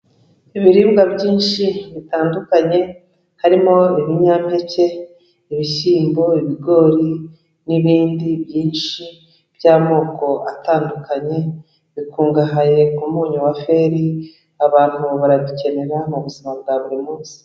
Ibiribwa byinshi bitandukanye, harimo ibinyampeke, ibishyimbo, ibigori n'ibindi byinshi by'amoko atandukanye, bikungahaye ku munyu wa feri, abantu barabicyenera mu buzima bwa buri munsi.